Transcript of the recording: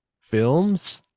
films